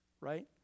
right